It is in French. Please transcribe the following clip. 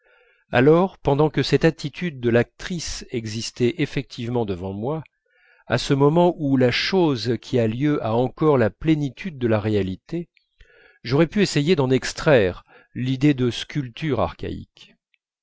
alors pendant que cette attitude de l'actrice existait effectivement devant moi à ce moment où la chose qui a lieu a encore la plénitude de la réalité j'aurais pu essayer d'en extraire l'idée de sculpture archaïque